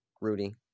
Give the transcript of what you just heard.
Rudy